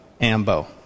ambo